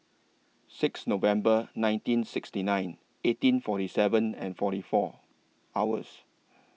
six November nineteen sixty nine eighteen forty seven and forty four hours